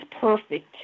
perfect